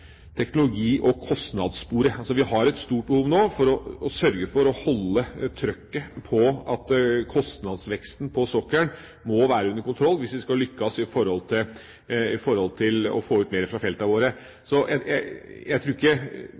teknologi- og kostnadssporet. Vi har et stort behov nå for å sørge for å holde trykket på at kostnadsveksten på sokkelen må være under kontroll hvis vi skal lykkes med å få ut mer fra feltene våre. Jeg tror ikke